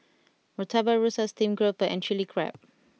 Murtabak Rusa Steamed Grouper and Chili Crab